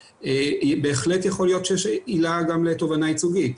בהחלט יכול להיות שיש עילה גם לתובענה ייצוגית.